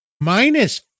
minus